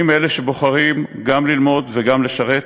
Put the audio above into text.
אני מאלה שבוחרים גם ללמוד וגם לשרת.